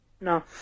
No